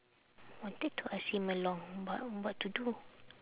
wanted to ask him along but what to do